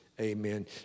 Amen